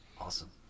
awesome